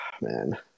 man